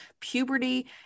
puberty